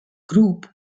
group